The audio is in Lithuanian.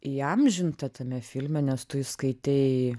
įamžinta tame filme nes tu jį skaitei